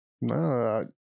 No